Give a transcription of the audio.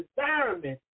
environment